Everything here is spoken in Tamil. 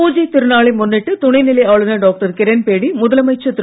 பூஜை திருநாளை முன்னிட்டு துணைநிலை ஆளுநர் டாக்டர் கிரண்பேடி முதலமைச்சர் திரு